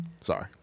Sorry